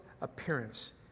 appearance